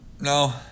No